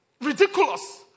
ridiculous